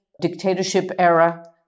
dictatorship-era